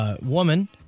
woman